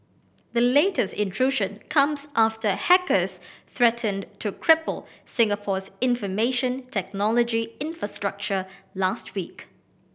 the latest intrusion comes after hackers threatened to cripple Singapore's information technology infrastructure last week